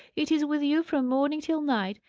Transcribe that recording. it is with you from morning till night.